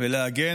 אינה